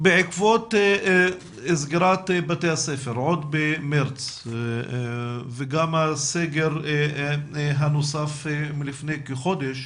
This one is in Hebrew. בעקבות סגירת בתי הספר עוד במארס וגם הסגר הנוסף לפני כחודש,